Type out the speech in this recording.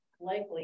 likely